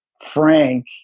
Frank